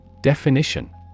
Definition